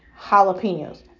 jalapenos